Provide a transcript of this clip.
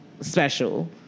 Special